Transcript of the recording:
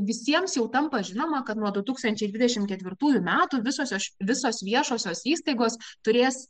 visiems jau tampa žinoma kad nuo du tūkstančiai dvidešimt ketvirtųjų metų visošio visos viešosios įstaigos turės